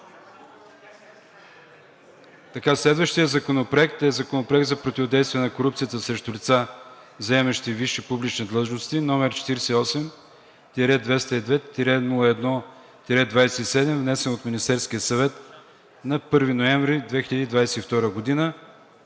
Подлагам на гласуване Законопроект за противодействие на корупцията срещу лица, заемащи висши публични длъжности № 48-202-01-27, внесен от Министерския съвет на 1 ноември 2022 г.